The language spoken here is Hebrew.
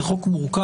זה חוק מורכב,